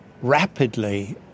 rapidly